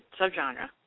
subgenre